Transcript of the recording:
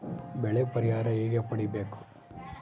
ಬೆಳೆ ಪರಿಹಾರ ಹೇಗೆ ಪಡಿಬೇಕು?